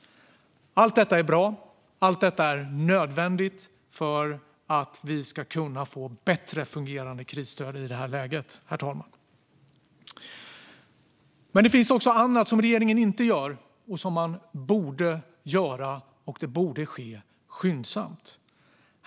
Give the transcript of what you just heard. Allt detta är bra. Allt detta är nödvändigt för att vi ska kunna få bättre fungerande krisstöd i det här läget, herr talman. Det finns också annat som regeringen inte gör och som den borde göra, och det borde ske skyndsamt.